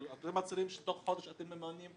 אתם מצהירים שתוך חודש אתם ממנים,